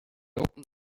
opened